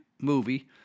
movie